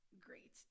great